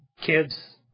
kids